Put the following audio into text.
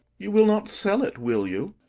you will not sell it, will you?